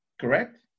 Correct